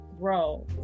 grow